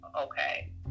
okay